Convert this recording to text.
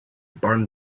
barn